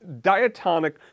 diatonic